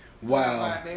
Wow